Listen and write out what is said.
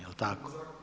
Jel' tako?